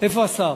איפה השר?